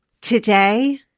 Today